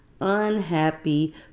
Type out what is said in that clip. unhappy